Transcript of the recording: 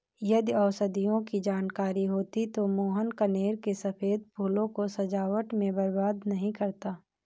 यदि औषधियों की जानकारी होती तो मोहन कनेर के सफेद फूलों को सजावट में बर्बाद नहीं करता